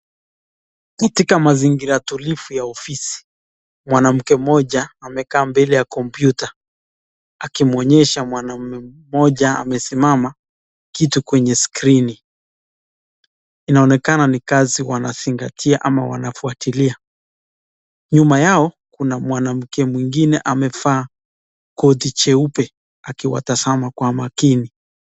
Katika mazingira tulivu ya ofisi, mwanamke mmoja amekaa mbele ya kompyuta akimwonyesha mwanaume mmoja amesimama kitu kwenye skrini, inaonekana ni kazi wanazingatia ama wanafuatilia, nyuma yao kuna mwanamke mwingine amevaa koti jeupe akiwatazama kwa makini.